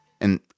and-